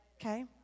okay